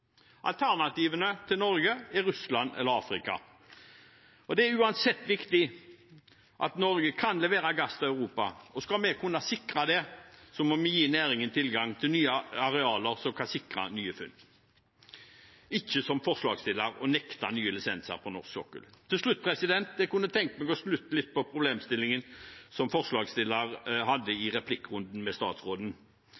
Alternativene til Norge er Russland og Afrika. Det er uansett viktig at Norge kan levere gass til Europa. Skal vi kunne sikre det, må vi gi næringen tilgang til nye arealer som kan sikre nye funn – ikke gjøre som forslagsstillerne ønsker: nekte nye lisenser på norsk sokkel. Til slutt: Jeg kunne tenke meg å snu litt på problemstillingen som en av forslagsstillerne hadde i